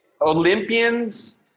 Olympians